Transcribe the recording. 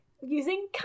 using